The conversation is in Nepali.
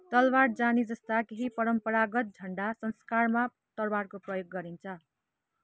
तलवार जानी जस्ता केही परम्परागत झन्डा संस्कारमा तरवारको प्रयोग गरिन्छ